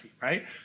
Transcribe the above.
Right